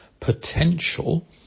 potential